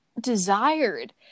desired